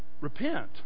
repent